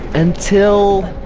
until